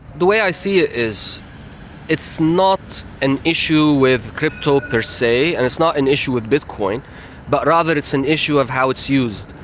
the way i see it is it's not an issue with crypto per se and it's not an issue with bitcoin but rather it's an issue of how it's used.